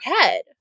head